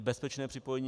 Bezpečné připojení.